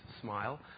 smile